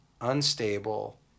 unstable